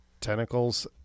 tentacles